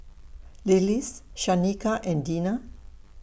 Lillis Shanika and Dina